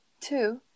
Two